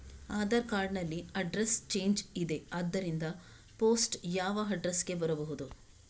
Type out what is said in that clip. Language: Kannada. ಆಧಾರ್ ಕಾರ್ಡ್ ನಲ್ಲಿ ಅಡ್ರೆಸ್ ಚೇಂಜ್ ಇದೆ ಆದ್ದರಿಂದ ಪೋಸ್ಟ್ ಯಾವ ಅಡ್ರೆಸ್ ಗೆ ಬರಬಹುದು?